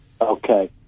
Okay